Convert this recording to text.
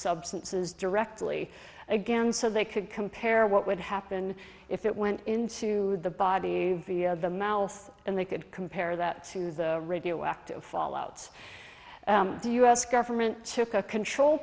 substances directly again so they could compare what would happen if it went into the body via the mouth and they could compare that to the radioactive fallout do u s government took a control